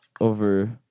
over